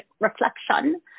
reflection